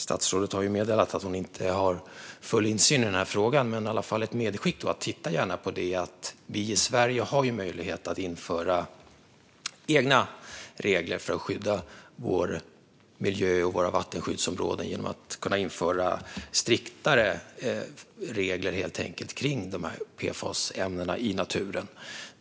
Statsrådet har meddelat att hon inte har full insyn i frågan; jag vill då göra medskicket att ni gärna får titta på att vi i Sverige har möjlighet att införa egna regler för att skydda vår miljö och våra vattenskyddsområden och möjlighet att införa striktare regler kring PFAS-ämnen i naturen.